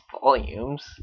volumes